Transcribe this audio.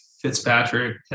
Fitzpatrick